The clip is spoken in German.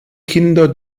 kinder